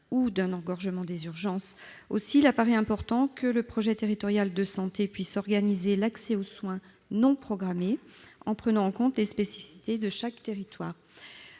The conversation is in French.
ou d'un engorgement des urgences. Aussi, il importe que le projet territorial de santé puisse organiser l'accès aux soins non programmés, en tenant compte des spécificités de chaque territoire.